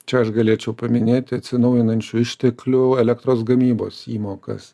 čia aš galėčiau paminėti atsinaujinančių išteklių elektros gamybos įmokas